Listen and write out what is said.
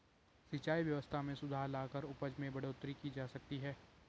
सिंचाई व्यवस्था में सुधार लाकर उपज में बढ़ोतरी की जा सकती है